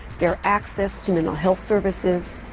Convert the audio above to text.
their access to mental health services,